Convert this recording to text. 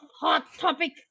hot-topic